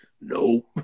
No